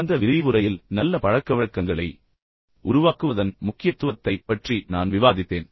கடந்த விரிவுரையில் நல்ல பழக்கவழக்கங்களை உருவாக்குவதன் முக்கியத்துவத்தைப் பற்றி நான் விவாதித்தேன்